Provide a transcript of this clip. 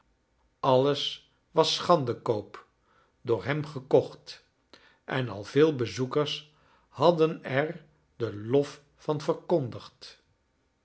alles was schande koop door hem gekocht en al veel i bezoekers had den er den lof van verkondigd